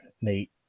Nate